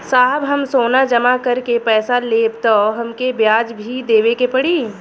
साहब हम सोना जमा करके पैसा लेब त हमके ब्याज भी देवे के पड़ी?